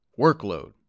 workload